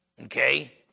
okay